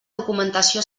documentació